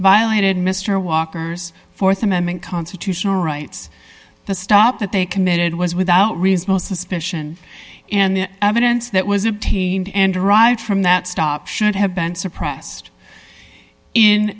violated mr walker's th amendment constitutional rights the stop that they committed was without reasonable suspicion and the evidence that was obtained and derived from that stop should have been suppressed in